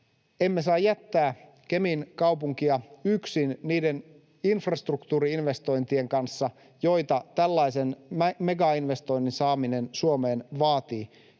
emme saa jättää Kemin kaupunkia yksin niiden infrastruktuuri-investointien kanssa, joita tällaisen megainvestoinnin saaminen Suomeen vaatii.